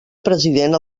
president